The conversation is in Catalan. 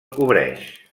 cobreix